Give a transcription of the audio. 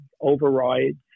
overrides